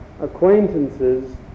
acquaintances